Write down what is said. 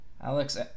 Alex